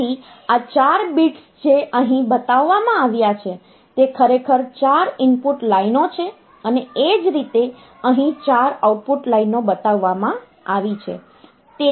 તેથી આ 4 બિટ્સ જે અહીં બતાવવામાં આવ્યા છે તે ખરેખર ચાર ઈનપુટ લાઈનો છે અને એ જ રીતે અહીં ચાર આઉટપુટ લાઈનો બતાવવામાં આવી છે